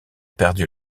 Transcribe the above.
perdu